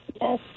Yes